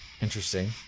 interesting